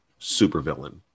supervillain